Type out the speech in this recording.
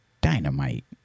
dynamite